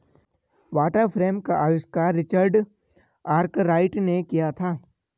water frame का आविष्कार Richard Arkwright ने किया था